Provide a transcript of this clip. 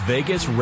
Vegas